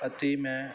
ਅਤੇ ਮੈਂ